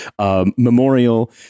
memorial